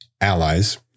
allies